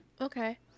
Okay